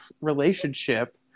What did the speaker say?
relationship